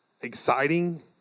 exciting